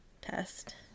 test